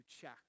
check